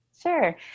Sure